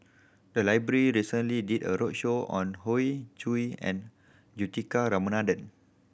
the library recently did a roadshow on Hoey Choo and Juthika Ramanathan